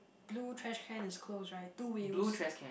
blue trash can is closed right two wheels